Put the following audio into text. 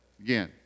again